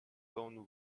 gone